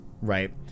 right